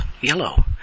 yellow